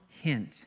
hint